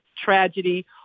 tragedy